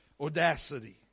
audacity